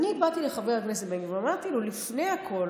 אני באתי לחבר הכנסת בן גביר ואמרתי לו: לפני הכול